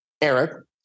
Eric